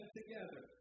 together